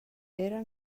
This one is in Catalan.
era